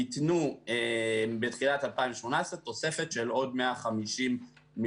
ניתנה בתחילת 2018 תוספת של עוד 150 מיליון.